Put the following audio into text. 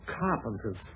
carpenter's